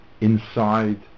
inside